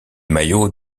maillots